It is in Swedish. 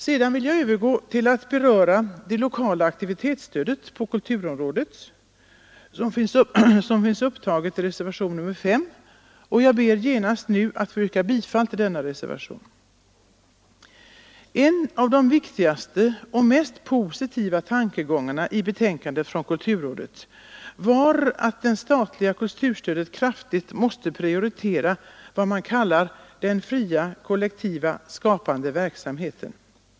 Sedan vill jag övergå till att beröra det lokala aktivitetsstödet på kulturområdet, som finns upptaget i reservationen 5, vilken jag nu genast ber att få yrka bifall till. En av de viktigaste och mest positiva tankegångarna i betänkandet från kulturrådet var att det statliga kulturstödet måste kraftigt prioritera vad man kallar den frivilliga kollektiva skapande verksamheten.